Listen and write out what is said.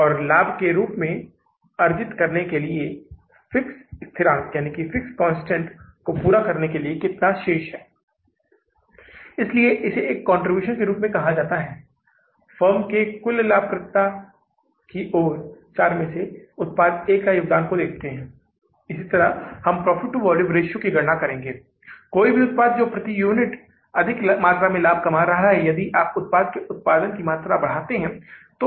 तो इसका मतलब है कि इस मामले में हम केवल उधार ले रहे हैं तो बैंक से नकदी का उधार महीने की शुरुआत में 318000 हैं ब्याज भुगतान केवल तभी आएगा अगर हम किसी कर्ज को उपलब्ध अधिशेष धन होने की स्थिति में वापस करते हैं तब हम ब्याज की गणना करेंगे और फिर हम मूल धन भी वापस कर देंगे